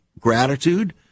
gratitude